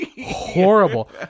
horrible